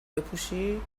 بپوشی